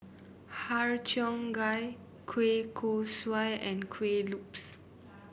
Har Cheong Gai Kueh Kosui and Kuih Lopes